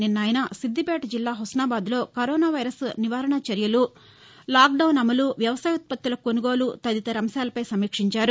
నిన్న ఆయన సిద్దిపేట జిల్లా హుస్నాబాద్లో కరోనా వైరస్ నివారణ చర్యలు లాక్డౌన్ అమలు వ్యవసాయ ఉత్పత్తుల కొసుగోలు తదితర అంశాలపై సమీక్షించారు